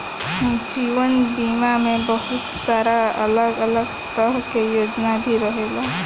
जीवन बीमा में बहुत सारा अलग अलग तरह के योजना भी रहेला